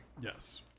Yes